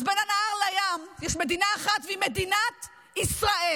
בין הנהר לים יש מדינה אחת, והיא מדינת ישראל,